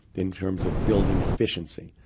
in terms of building efficiency.